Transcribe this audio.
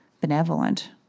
benevolent